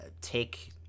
take